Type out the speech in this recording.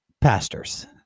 pastors